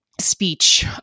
speech